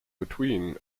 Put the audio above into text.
between